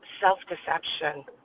self-deception